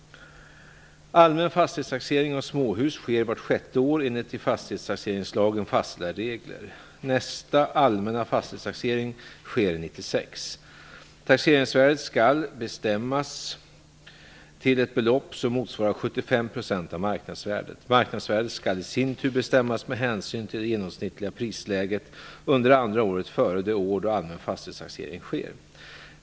Allmän fastighetstaxering av småhus sker vart sjätte år enligt i fastighetstaxeringslagen fastställda regler. Nästa allmänna fastighetstaxering sker 1996. Taxeringsvärdet skall bestämmas till ett belopp som motsvarar 75 % av marknadsvärdet. Marknadsvärdet skall i sin tur bestämmas med hänsyn till det genomsnittliga prisläget under andra året före det år då allmän fastighetstaxering sker.